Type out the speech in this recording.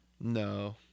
No